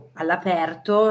all'aperto